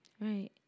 Right